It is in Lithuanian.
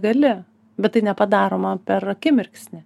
gali bet tai nepadaroma per akimirksnį